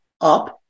up